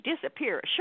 disappear